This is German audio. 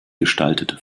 gestaltete